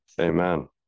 Amen